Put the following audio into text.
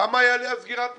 כמה תעלה סגירת המפעל?